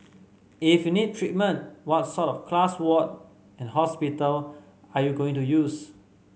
if you need treatment what sort of class ward and hospital are you going to use